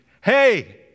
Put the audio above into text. hey